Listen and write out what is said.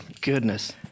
Goodness